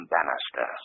Bannister